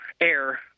air